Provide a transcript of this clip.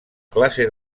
classe